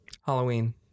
Halloween